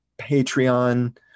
Patreon